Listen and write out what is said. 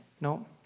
No